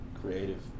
creative